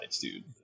dude